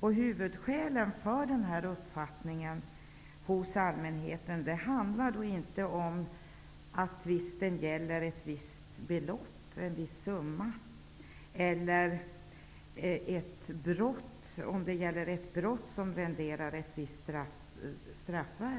För allmänheten är inte det viktigaste om tvisten gäller en viss summa eller om det gäller ett brott som renderar ett visst straffvärde.